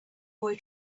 boy